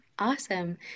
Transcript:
Awesome